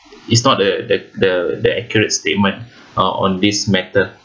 it's not the the the the accurate statement uh on this matter